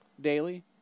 daily